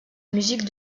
musique